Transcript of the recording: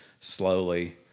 slowly